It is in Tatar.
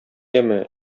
яме